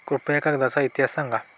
कृपया कागदाचा इतिहास सांगा